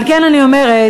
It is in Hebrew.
על כן אני אומרת,